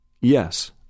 Yes